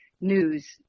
news